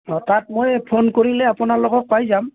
অঁ তাত মই ফোন কৰিলে আপোনালোকক পাই যাম